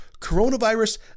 coronavirus